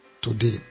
today